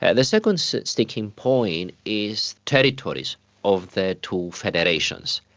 ah the second so sticking point is territories of the two federations.